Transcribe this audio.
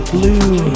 Blue